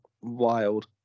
wild